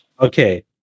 Okay